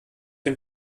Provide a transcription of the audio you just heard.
den